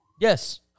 Yes